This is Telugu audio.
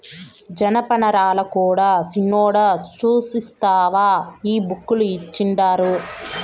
జనపనారల కూడా సిన్నోడా సూస్తివా ఈ బుక్ ల ఇచ్చిండారు